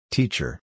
Teacher